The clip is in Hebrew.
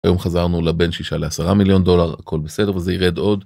היום חזרנו לבן שישה לעשרה מיליון דולר הכל בסדר וזה ירד עוד.